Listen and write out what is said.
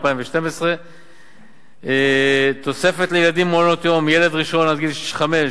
2012. תוספת לילדים במעונות-יום: ילד ראשון עד גיל חמש,